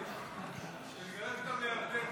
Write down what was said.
נגרש אותם לירדן.